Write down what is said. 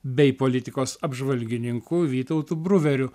bei politikos apžvalgininku vytautu bruveriu